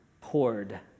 poured